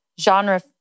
genre